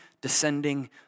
descending